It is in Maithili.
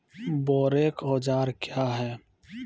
बोरेक औजार क्या हैं?